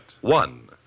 One